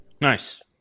Nice